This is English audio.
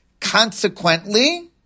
Consequently